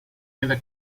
είδε